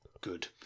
good